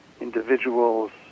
individuals